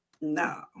no